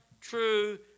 true